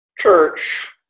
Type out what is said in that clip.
church